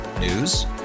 News